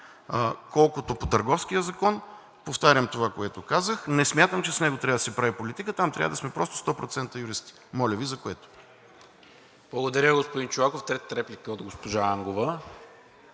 Колкото до Търговския закон, повтарям това, което казах, не смятам, че с него трябва да се прави политика, там трябва да сме 100% юристи, моля Ви за което. ПРЕДСЕДАТЕЛ НИКОЛА МИНЧЕВ: Благодаря, господин Чолаков. Трета реплика от госпожа Ангова.